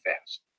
fast